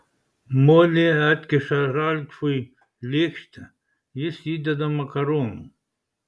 molė atkiša ralfui lėkštę jis įdeda makaronų